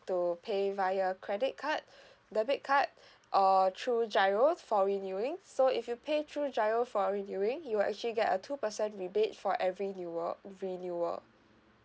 to pay via credit card debit card or through giro for renewing so if you pay through giro for renewing you'll actually get a two percent rebate for every newal~ renewal